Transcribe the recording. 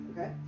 Okay